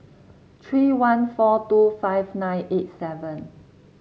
three one four two five nine eight seven